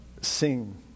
sing